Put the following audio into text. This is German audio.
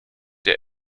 der